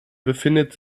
befindet